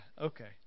Okay